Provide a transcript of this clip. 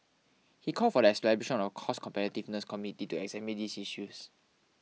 he called for the establishment of a cost competitiveness committee to examine these issues